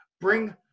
bring